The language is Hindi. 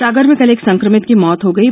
सागर में कल एक संक्रमित की मौत हो गयी